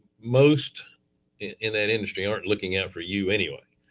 most in that industry, aren't looking out for you anyway,